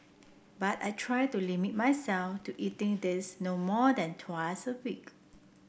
but I try to limit myself to eating these no more than thrice a week